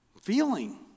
Feeling